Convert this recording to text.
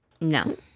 No